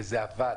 וזה עבד.